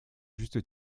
juste